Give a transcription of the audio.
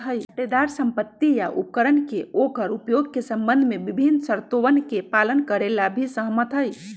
पट्टेदार संपत्ति या उपकरण के ओकर उपयोग के संबंध में विभिन्न शर्तोवन के पालन करे ला भी सहमत हई